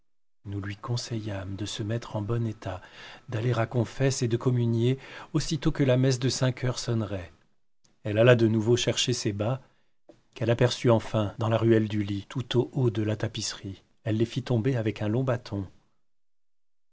nous lui conseillâmes de se mettre en bon état d'aller à confesse et de communier aussitôt que la messe de cinq heures sonnerait elle alla de nouveau chercher ses bas qu'elle apperçut enfin dans la ruelle du lit tout au haut de la tapisserie elle les fit tomber avec un long bâton